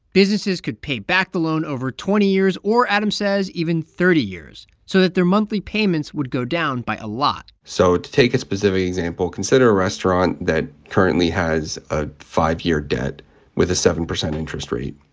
businesses could pay back the loan over twenty years or, adam says, even thirty years so that their monthly payments would go down by a lot so to take a specific example, consider a restaurant that currently has a five-year debt with a seven percent interest rate,